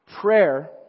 Prayer